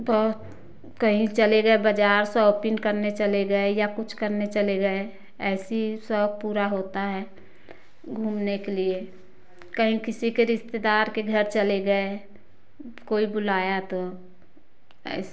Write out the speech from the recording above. तो कहीं चले गाए बाज़ार शॉपिंग करने चले गए या कुछ करने चले गए ऐसे ही शौक़ पूरा होता है घूमने के लिए कहीं किसी के रिश्तेदार के घर चले गए कोई बुलाया तो